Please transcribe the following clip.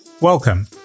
Welcome